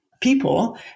people